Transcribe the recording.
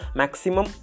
maximum